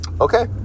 okay